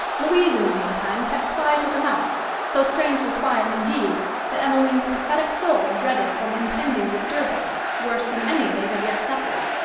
louise, in the meantime, kept quiet as a mouse so strangely quiet, indeed, that emmeline's prophetic soul dreaded some impending disturbance, worse than any they had yet suffered.